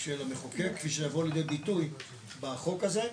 של המחוקק, כפי שיבוא לידיי ביטוי בחוק זה,